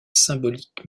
symbolique